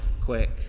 quick